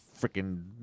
freaking